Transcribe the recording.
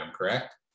correct